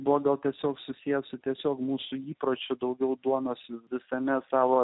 būdavo tiesiog susiję su tiesiog mūsų įpročių daugiau duonos visame savo